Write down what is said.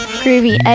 groovy